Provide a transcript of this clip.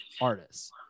artists